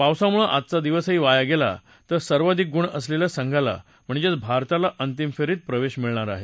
पावसामुळ िजचा दिवसही वाया गेला तर सर्वाधिक गुण असलेल्या सघ्चिला म्हणजे भारताला अतिम फेरीत प्रवेश मिळेल